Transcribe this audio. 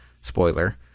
Spoiler